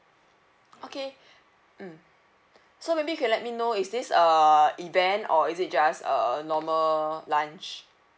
okay mm so maybe you can let me know is this a event or is it just a normal lunch